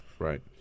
Right